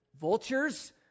vultures